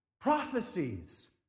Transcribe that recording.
Prophecies